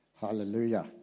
Hallelujah